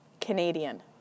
Canadian